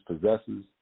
possesses